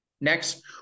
Next